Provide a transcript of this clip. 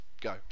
go